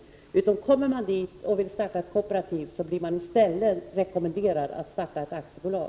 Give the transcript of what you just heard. Kommer man till utvecklingsfonden och vill starta ett kooperativ blir man i stället rekommenderad att starta ett aktiebolag.